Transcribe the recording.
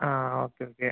ആ okay okay